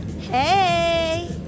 Hey